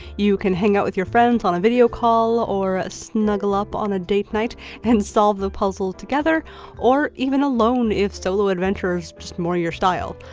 you can hang out with your friends on a video call or a snuggle up on a date night and solve the puzzle together or even alone if solo adventures is more your style.